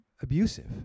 abusive